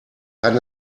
kann